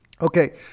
Okay